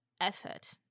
effort